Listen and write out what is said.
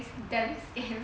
it's damn scam